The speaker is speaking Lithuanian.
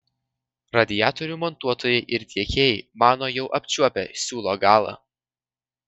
radiatorių montuotojai ir tiekėjai mano jau apčiuopę siūlo galą